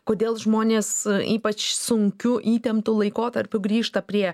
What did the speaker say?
kodėl žmonės ypač sunkiu įtemptu laikotarpiu grįžta prie